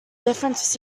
difference